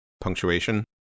punctuation